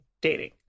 dating